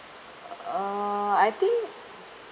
uh uh I think